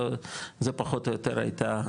זו הייתה פחות או יותר התפיסה.